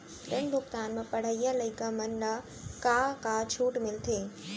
ऋण भुगतान म पढ़इया लइका मन ला का का छूट मिलथे?